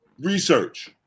research